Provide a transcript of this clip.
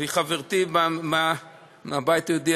והיא חברתי מהבית היהודי.